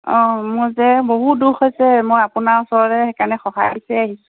অঁ মোৰ যে বহুত দুখ হৈছে মই আপোনাৰ ওচৰলৈ সেইকাৰণে সহায় বিচাৰি আহিছোঁ